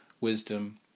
wisdom